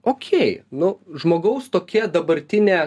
okei nu žmogaus tokia dabartinė